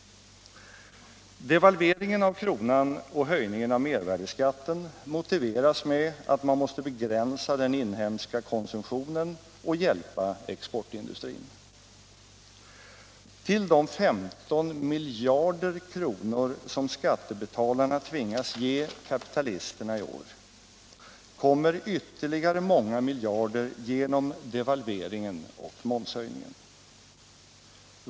Devalveringen av kronan och höjningen av mervärdeskatten motiveras med att man måste begränsa den inhemska konsumtionen och hjälpa exportindustrin. Till de 15 miljarder kronor som skattebetalarna tvingas ge kapitalisterna i år kommer ytterligare många miljarder genom devalveringen och momshöjningen.